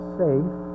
safe